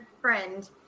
friend